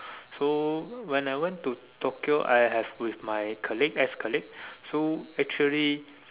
so when I went to Tokyo I have with my colleague ex colleague so actually